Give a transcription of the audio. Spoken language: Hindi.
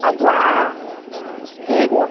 अच्छा हाँ ठीक है